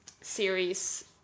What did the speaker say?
series